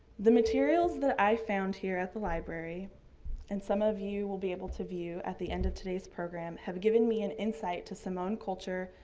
the materials that i found here at the library and some of you will be able to view at the end of today's program, have given me an insight to samoan culture,